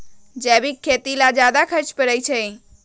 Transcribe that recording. जैविक खेती ला ज्यादा खर्च पड़छई?